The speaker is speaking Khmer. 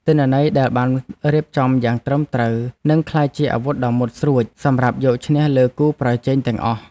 ទិន្នន័យដែលបានរៀបចំយ៉ាងត្រឹមត្រូវនឹងក្លាយជាអាវុធដ៏មុតស្រួចសម្រាប់យកឈ្នះលើគូប្រជែងទាំងអស់។